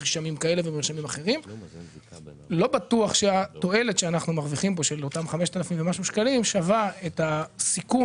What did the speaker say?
לא בטוח שהתועלת שאנחנו מרוויחים באותם 5,000 שקלים שווה את הסיכון